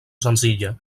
senzilla